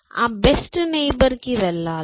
ఆ best neighbour కి వెళ్ళాలి